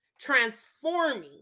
transforming